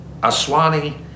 Aswani